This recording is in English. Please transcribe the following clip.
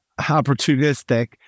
opportunistic